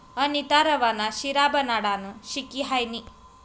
अनीता रवा ना शिरा बनाडानं शिकी हायनी